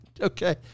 Okay